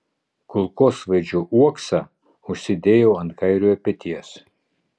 kulkosvaidžio uoksą užsidėjau ant kairiojo peties